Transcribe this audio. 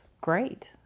great